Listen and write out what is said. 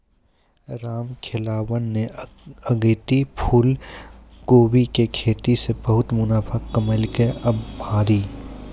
रामखेलावन न अगेती फूलकोबी के खेती सॅ बहुत मुनाफा कमैलकै आभरी